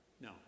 No